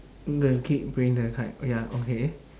the kid playing the kite oh ya okay